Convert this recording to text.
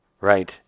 Right